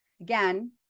again